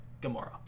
Gamora